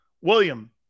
William